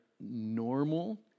normal